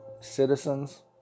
citizens